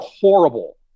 horrible